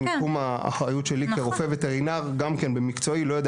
בתחום האחריות שלי כרופא וטרינר גם כן במקצועי אני לא יודע